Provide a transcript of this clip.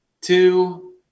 two